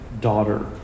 daughter